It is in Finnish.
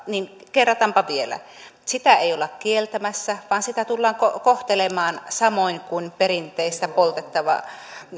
niin kerrataanpa vielä sitä ei olla kieltämässä vaan sitä tullaan kohtelemaan samoin kuin perinteistä poltettavaa